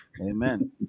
Amen